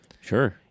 Sure